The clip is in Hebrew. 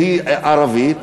והיא ערבית,